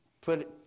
Put